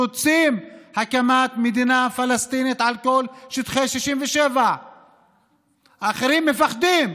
רוצים הקמת מדינה פלסטינית על כל שטחי 67'. אחרים מפחדים,